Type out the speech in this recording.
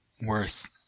worse